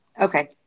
okay